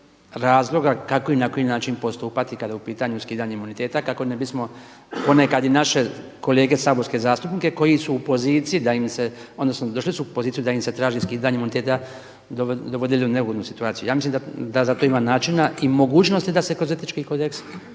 razloga kako i na koji način postupati kada je u pitanju skidanje imuniteta kako ne bismo ponekad i naše kolege saborske zastupnike koji su u poziciji da im se odnosno došli su u poziciju da im se traži skidanje imuniteta, doveli u neugodnu situaciju. Ja mislim da za to ima načina i mogućnosti da se kroz etički kodeks,